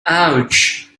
ouch